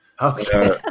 Okay